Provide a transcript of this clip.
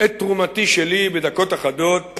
את תרומתי שלי בדקות אחדות